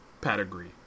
pedigree